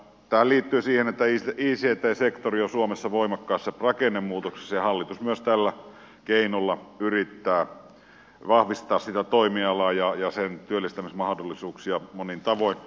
tämähän liittyy siihen että ict sektori on suomessa voimakkaassa rakennemuutoksessa ja hallitus myös tällä keinolla yrittää vahvistaa sitä toimialaa ja sen työllistämismahdollisuuksia monin tavoin